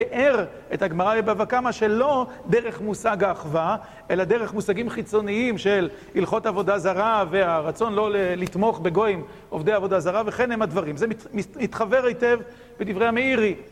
ביאר את הגמרא בבבא קמא שלא דרך מושג האחווה, אלא דרך מושגים חיצוניים של הלכות עבודה זרה והרצון לא לתמוך בגויים עובדי עבודה זרה, וכן הם הדברים. זה מתחוור היטב בדברי המאירי.